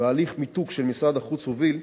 הפעולה והליך המיתוג שמשרד החוץ הוביל,